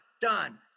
done